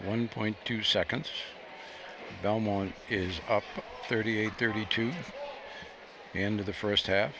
one point two seconds belmont is up thirty eight thirty two and the first half